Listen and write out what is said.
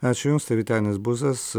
ačiū jums tai vytenis buzas